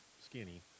skinny